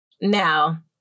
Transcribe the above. Now